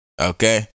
okay